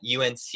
UNC